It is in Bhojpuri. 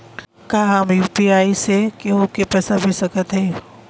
का हम यू.पी.आई से केहू के पैसा भेज सकत हई?